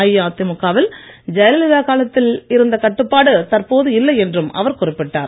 அஇஅதிமுக வில் ஜெயலலிதா காலத்தில் இருந்த கட்டுப்பாடு தற்போது இல்லை என்றும் அவர் குறிப்பிட்டார்